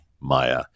Maya